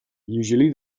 usually